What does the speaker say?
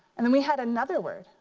and and we had another word.